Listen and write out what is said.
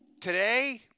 today